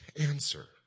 answer